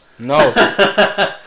no